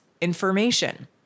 information